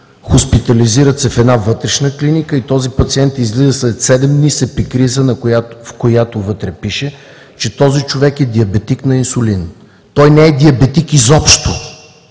хоспитализират се във една вътрешна клиника и този пациент излиза след седем дни с епикриза, в която пише, че този човек е диабетик на инсулин. Той не е диабетик изобщо!